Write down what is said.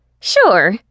Sure